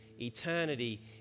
eternity